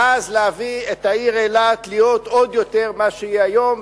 ואז להביא את העיר אילת להיות עוד יותר ממה שהיא היום,